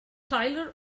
tyler